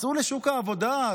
צאו לשוק העבודה,